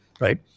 Right